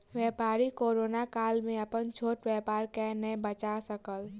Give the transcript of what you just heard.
व्यापारी कोरोना काल में अपन छोट व्यापार के नै बचा सकल